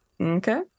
okay